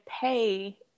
pay